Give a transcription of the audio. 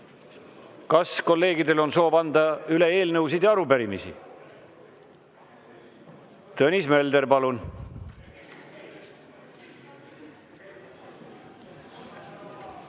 Kas kolleegidel on soovi anda üle eelnõusid ja arupärimisi? Tõnis Mölder, palun!